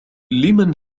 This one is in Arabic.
لمن